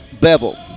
Bevel